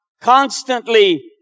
constantly